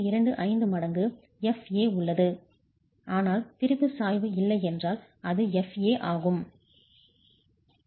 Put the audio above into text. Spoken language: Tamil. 25 மடங்கு fa உள்ளது ஆனால் திரிபு சாய்வு இல்லை என்றால் அது fa ஆகும்